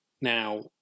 Now